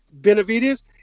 Benavides